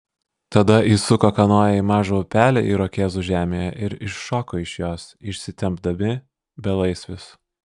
tada įsuko kanoją į mažą upelį irokėzų žemėje ir iššoko iš jos išsitempdami belaisvius